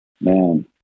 man